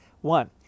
One